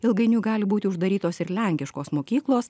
ilgainiui gali būti uždarytos ir lenkiškos mokyklos